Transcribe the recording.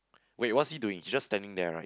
wait what's he doing he's just standing there right